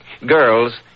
Girls